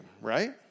right